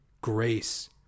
grace